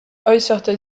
äußerte